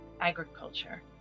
agriculture